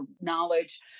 knowledge